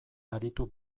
aritu